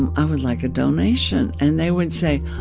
and i would like a donation. and they would say,